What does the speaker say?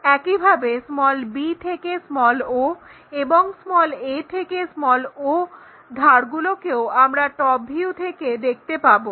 একইভাবে b থেকে o এবং a থেকে o ধারগুলোকেও আমরা টপ ভিউ থেকে দেখতে পাবো